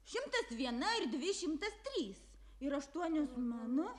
šimtas viena ir dvi šimtas trys ir aštuonios mano